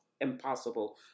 impossible